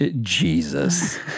Jesus